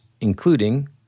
including